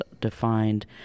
defined